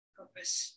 purpose